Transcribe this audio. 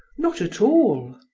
not at all.